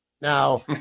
Now